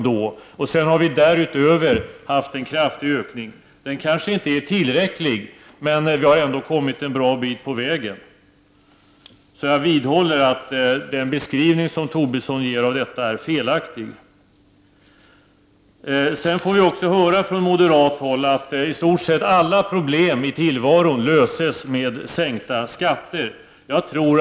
Därutöver har vi haft en kraftig ökning. Den är kanske inte tillräcklig, men vi har kommit ett bra stycke på väg. Jag vidhåller alltså att Tobissons beskrivning på denna punkt är felaktig. Vi får vidare höra från moderat håll att i stort sett alla problem i tillvaron löses med skattesänkningar.